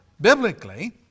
biblically